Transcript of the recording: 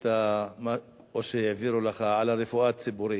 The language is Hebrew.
או שהעבירו לך, על הרפואה הציבורית.